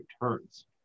returns